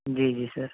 جی جی سر